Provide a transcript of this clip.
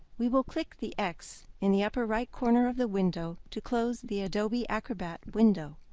we will click the x in the upper-right corner of the window to close the adobe acrobat window.